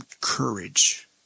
courage